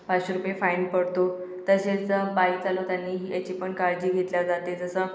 पाचशे रुपये फाईन पडतो तसेच बाईक चालवताना ही याची पण काळजी घेतली जाते जसं